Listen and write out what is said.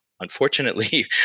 unfortunately